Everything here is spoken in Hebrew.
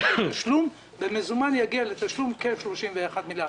במזומן יגיע לתשלום כ-31 מיליארד.